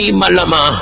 malama